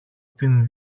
την